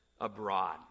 abroad